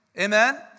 Amen